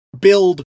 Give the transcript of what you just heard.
build